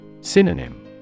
Synonym